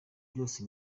byose